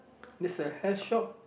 there's a hair shop